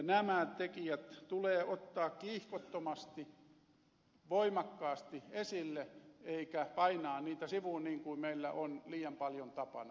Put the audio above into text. nämä tekijät tulee ottaa kiihkottomasti voimakkaasti esille eikä painaa niitä sivuun niin kuin meillä on liian paljon tapana